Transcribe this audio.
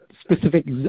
specific